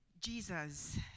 Jesus